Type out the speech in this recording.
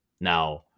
Now